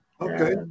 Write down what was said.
Okay